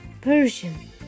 Persian